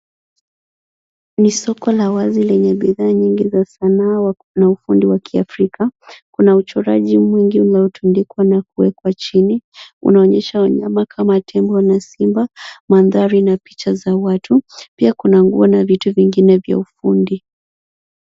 Ni soko la wazi lenye bidhaa nyingi za sanaa na ufundi wa kiafrika. Kuna uchoraji mwingi uliotundikwa na kuwekwa chini unaonyesha wanyama kama tembo na simba, mandhari na picha za watu. Pia kuna nguo na vitu vingine vya ufundi.